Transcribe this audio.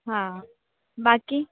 हां बाकी